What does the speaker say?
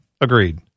agreed